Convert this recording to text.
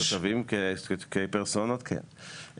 לתושבים כפרסונות כן.